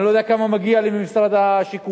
אני לא יודע כמה מגיע לי ממשרד השיכון,